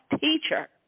teacher